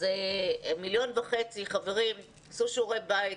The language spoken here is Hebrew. אז 1,500,000 חברים, תעשו שיעורי בית,